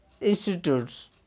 institutes